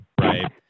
right